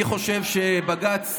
אני חושב שבג"ץ,